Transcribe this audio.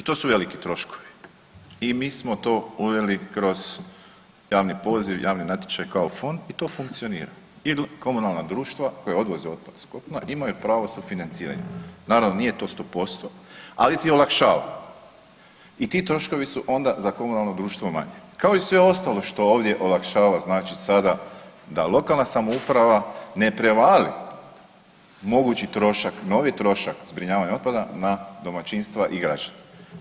I to su veliki troškovi i mi smo to uveli kroz javni poziv i javni natječaj kao fond i to funkcionira i da komunalna društva koja odvoze otpad s kopna imaju pravo sufinanciranja, naravno nije to 100%, ali ti olakšava i ti troškovi su onda za komunalno društvo manje, kao i sve ostalo što ovdje olakšava znači sada da lokalna samouprava ne prevali mogući trošak, novi trošak zbrinjavanja otpada na domaćinstva i građane.